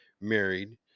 married